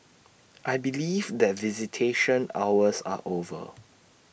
I believe that visitation hours are over